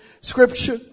scripture